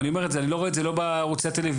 אני לא רואה את זה לא בערוצי הטלוויזיה,